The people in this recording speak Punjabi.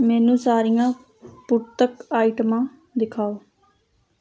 ਮੈਨੂੰ ਸਾਰੀਆਂ ਭੌਤਿਕ ਆਈਟਮਾਂ ਦਿਖਾਓ